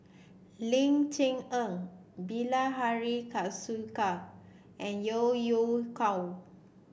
Ling Cher Eng Bilahari Kausikan and Yeo Yeow Kwang